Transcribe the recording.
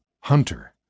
Hunter